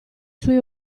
suoi